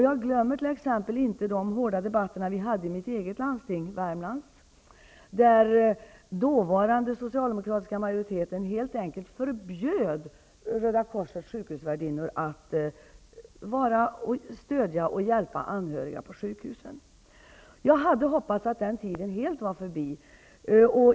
Jag glömmer t.ex. inte de hårda debatterna vi hade i mitt eget landsting, Värmlands, där den dåvarande socialdemokratiska majoriteten helt enkelt förbjöd Röda korsets sjukhusvärdinnor att stödja och hjälpa anhöriga på sjukhusen. Jag hade hoppats att den tiden var helt förbi.